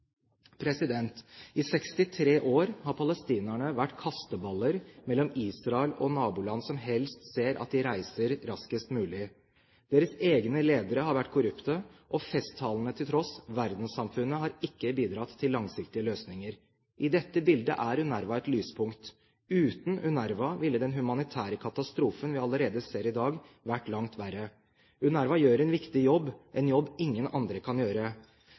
gjort. I 63 år har palestinerne vært kasteballer mellom Israel og naboland som helst ser at de reiser raskest mulig. Deres egne ledere har vært korrupte, og festtalene til tross: Verdenssamfunnet har ikke bidratt til langsiktige løsninger. I dette bildet er UNRWA et lyspunkt. Uten UNRWA ville den humanitære katastrofen vi allerede ser i dag, vært langt verre. UNRWA gjør en viktig jobb, en jobb ingen andre kan gjøre.